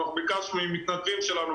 אנחנו ביקשנו ממתנדבים שלנו,